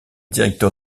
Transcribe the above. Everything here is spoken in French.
directeur